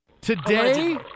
today